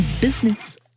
business